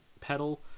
pedal